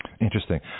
Interesting